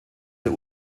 der